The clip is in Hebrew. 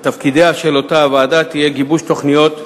תפקידיה של אותה ועדה יהיו גיבוש תוכניות,